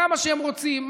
כמה שהם רוצים,